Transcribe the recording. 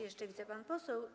Jeszcze, widzę, pan poseł.